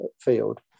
field